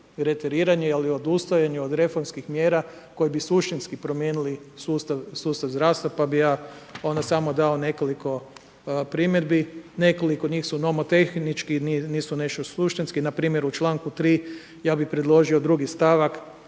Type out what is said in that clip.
reteriranja ili odustajanja od reformskih mjera, koji bi suštinski promijenili sustav zdravstva, pa bi ja onda samo dao nekoliko primjedbi, nekoliko njih su nomotehnički i nisu nešto suštinski npr. u čl. 3. ja bi predložio drugi stavak,